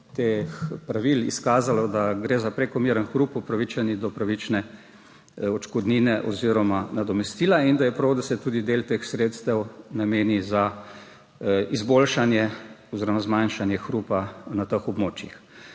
teh pravil izkazalo, da gre za prekomeren hrup, upravičeni do pravične odškodnine oziroma nadomestila, in da je prav, da se tudi del teh sredstev nameni za izboljšanje oziroma zmanjšanje hrupa na teh območjih.